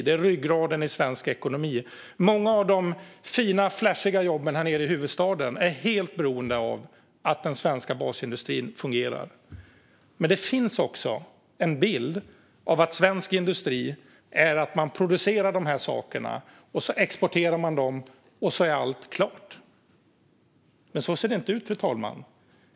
Det är ryggraden i svensk ekonomi. Många av de fina och flashiga jobben i huvudstaden är helt beroende av att den svenska basindustrin fungerar. Men det finns också en bild av att svensk industri är att man producerar de här sakerna och sedan exporterar dem, och så är allt klart. Men så ser det inte ut, fru talman.